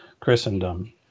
Christendom